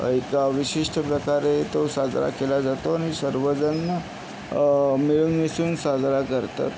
एका विशिष्ट प्रकारे तो साजरा केला जातो आणि सर्वजण मिळून मिसळून साजरा करतात